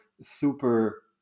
super